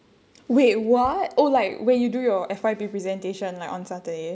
wait what oh like when you do your F_Y_P presentation like on saturday